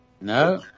No